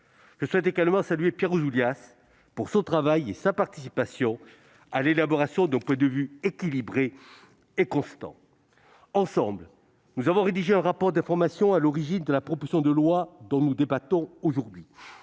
Je souhaite également saluer Pierre Ouzoulias pour son travail et sa participation à l'élaboration d'un point de vue équilibré et constant. Ensemble, nous avons rédigé un rapport d'information à l'origine de la proposition de loi dont nous débattons aujourd'hui.